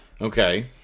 Okay